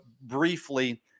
briefly